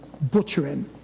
butchering